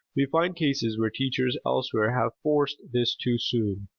we find cases where teachers elsewhere have forced this too soon,